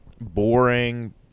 boring